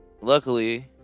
luckily